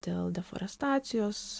dėl deforestacijos